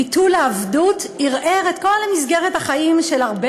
ביטול העבדות ערער את כל מסגרת החיים של הרבה